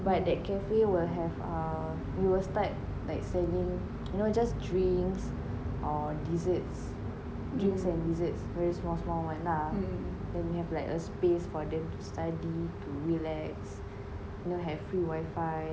but that cafe will have err it will start like serving you know just drinks or desserts drinks and desserts very small small [one] lah then you have like a space for them to study to relax you know have free wifi